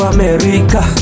America